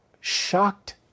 shocked